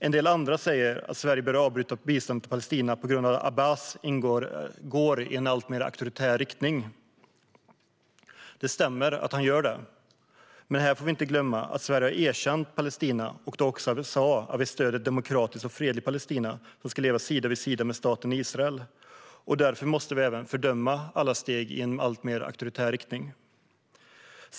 En del andra säger att Sverige bör avbryta biståndet till Palestina på grund av att Abbas går i en alltmer auktoritär riktning. Det stämmer att han gör det. Men vi får inte glömma att Sverige har erkänt Palestina och sagt att vi stöder ett demokratiskt och fredligt Palestina som ska leva sida vid sida med staten Israel. Vi ska dock fördöma alla steg i en auktoritär riktning.